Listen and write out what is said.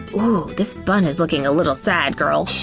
ooh, this bun is looking a little sad, girl.